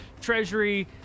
treasury